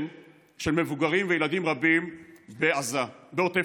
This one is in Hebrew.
בימים אלה יש מי שהוגה